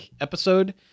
episode